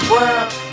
world